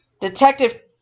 Detective